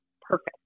perfect